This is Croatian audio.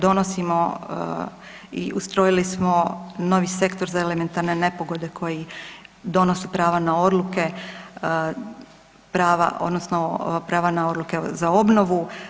Donosimo i ustrojili smo novi sektor za elementarne nepogode koji donosi prava na odluke, prava odnosno prava na odluke za obnovu.